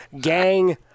gang